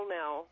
now